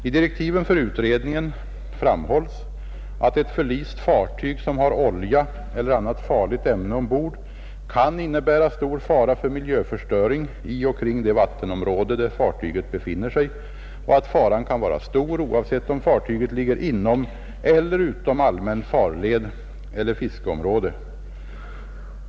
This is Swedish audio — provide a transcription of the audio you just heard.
I direktiven för utredningen framhålls att ett förlist fartyg, som har olja eller annat farligt ämne ombord, kan innebära stor fara för miljöförstöring i och kring det vattenområde där fartyget befinner sig och att faran kan vara stor oavsett om fartyget ligger inom eller utom allmän farled eller fiskeområde.